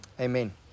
Amen